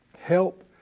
help